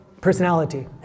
personality